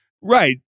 Right